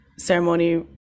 Ceremony